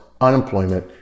unemployment